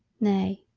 nay,